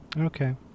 Okay